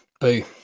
Boo